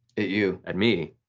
at you. at me,